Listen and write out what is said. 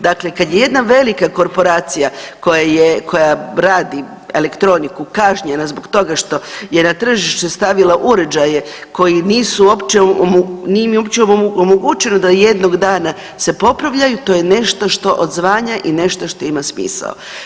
Dakle, kad je jedna velika korporacija koja je, koja radi elektroniku je kažnjena zbog toga što je na tržište stavila uređaje koji nisu uopće, nije im uopće omogućeno da jednog dana se popravljaju, to je nešto što odzvanja i nešto što ima smisao.